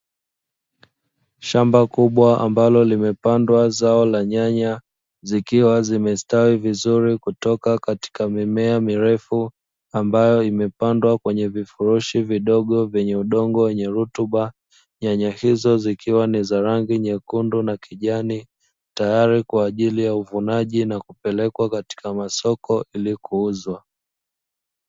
Shamba kubwa ambalo limepandwa zao la nyanya zikiwa zimestawi vizuri kutoka katika mimea mirefu, ambayo imepandwa kwenye vifurushi vidogo vyenye udongo wenye rutuba. Nyanya hizo zikiwa ni za rangi nyekundu na kijani tayari kwa ajili ya uvunaji na kupelekwa katika masoko ili kuuzwa.